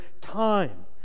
time